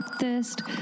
thirst